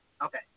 Okay